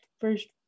first